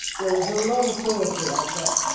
well, there's a lot of poetry out there,